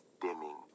dimming